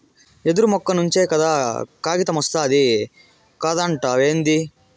యెదురు మొక్క నుంచే కదా కాగితమొస్తాది కాదంటావేంది